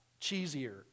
cheesier